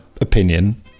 opinion